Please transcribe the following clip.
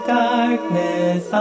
darkness